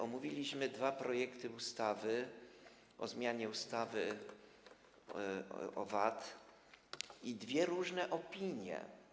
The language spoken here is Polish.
Omówiliśmy dwa projekty ustaw o zmianie ustawy o VAT i są dwie różne opinie.